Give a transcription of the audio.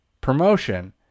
promotion